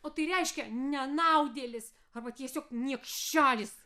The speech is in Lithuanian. o tai reiškia nenaudėlis arba tiesiog niekšelis